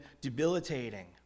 debilitating